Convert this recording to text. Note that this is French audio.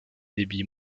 débits